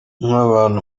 nk’abantu